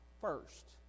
first